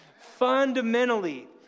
Fundamentally